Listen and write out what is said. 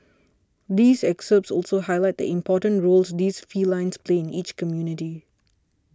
these excerpts also highlight the important roles these felines play in each community